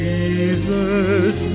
Jesus